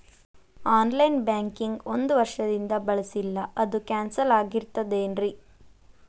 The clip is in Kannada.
ಆನ್ ಲೈನ್ ಬ್ಯಾಂಕಿಂಗ್ ಒಂದ್ ವರ್ಷದಿಂದ ಬಳಸಿಲ್ಲ ಅದು ಕ್ಯಾನ್ಸಲ್ ಆಗಿರ್ತದೇನ್ರಿ?